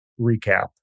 recap